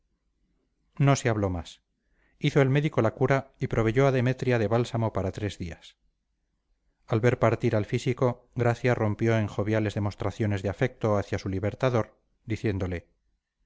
no se habló más hizo el médico la cura y proveyó a demetria de bálsamo para tres días al ver partir al físico gracia rompió en joviales demostraciones de afecto hacia su libertador diciéndole